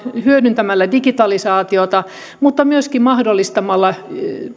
hyödyntämällä digitalisaatiota mutta myöskin mahdollistamalla